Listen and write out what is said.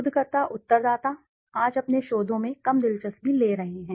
शोधकर्ता उत्तरदाता आज आपके शोधों में कम दिलचस्पी ले रहे हैं